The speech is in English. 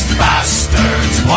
bastards